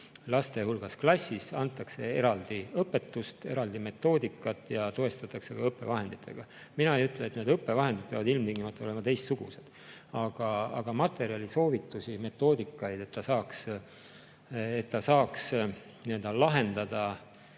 laste hulgas – klassis, antakse eraldi õpetust, eraldi metoodikat ja toestatakse õppevahenditega. Mina ei ütle, et need õppevahendid peavad ilmtingimata olema teistsugused, aga materjali, soovitusi, metoodikaid, et ta saaks lahendada